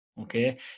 Okay